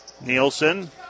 Nielsen